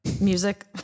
Music